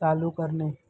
चालू करणे